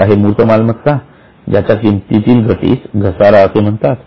एक आहे मूर्त मालमत्ता ज्याच्या किमतीतील घटीस घसारा असे म्हणतात